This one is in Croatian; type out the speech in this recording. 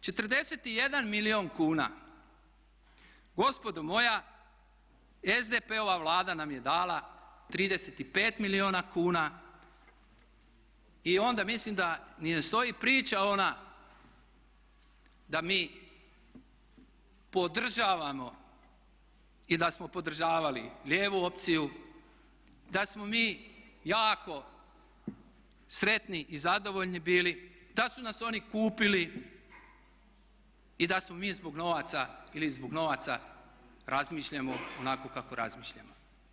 41 milijun kuna gospodo moja SDP-ova Vlada nam je dala 35 milijuna kuna i onda mislim da ni ne stoji priča ona da mi podržavamo i da smo podržavali lijevu opciju, da smo mi jako sretni i zadovoljni bili, da su nas oni kupili i da smo mi zbog novaca ili zbog novaca razmišljamo onako kako razmišljamo.